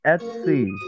Etsy